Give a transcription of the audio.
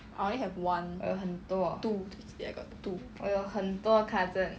I only have one two see I got two